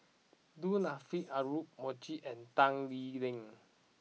Du Nanfa Audra Morrice and Tan Lee Leng